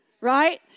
Right